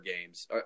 games